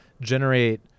generate